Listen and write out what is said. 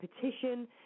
petition